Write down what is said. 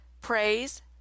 praise